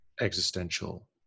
existential